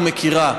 או מכירה,